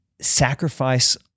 sacrifice